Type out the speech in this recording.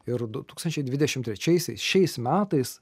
ir du tūkstančiai dvidešim trečiaisiais šiais metais